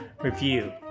review